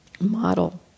model